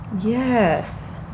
Yes